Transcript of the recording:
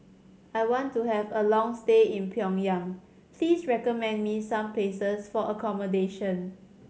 I want to have a long stay in Pyongyang please recommend me some places for accommodation